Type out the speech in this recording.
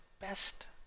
best